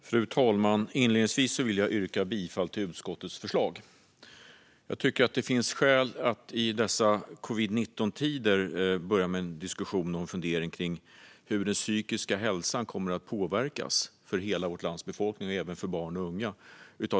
Fru talman! Inledningsvis vill jag yrka bifall till utskottets förslag. Jag tycker att det finns skäl att i dessa covid-19-tider börja med en diskussion och fundering kring hur den situation som vi befinner oss i för närvarande kommer att påverka hela vårt lands befolkning, även barn och unga.